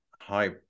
high